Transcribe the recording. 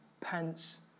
pants